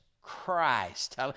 Christ